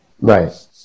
Right